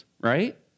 right